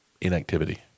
inactivity